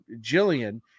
Jillian